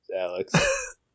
Alex